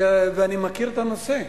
ואני מכיר את הנושא,